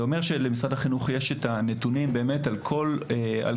זה אומר שלמשרד החינוך יש את הנתונים על כל אירוע,